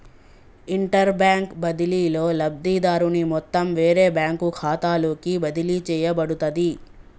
interbank బదిలీలో, లబ్ధిదారుని మొత్తం వేరే బ్యాంకు ఖాతాలోకి బదిలీ చేయబడుతది